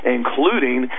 including